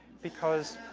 because,